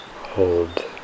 hold